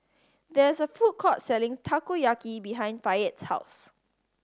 there is a food court selling Takoyaki behind Fayette's house